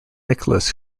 nicholas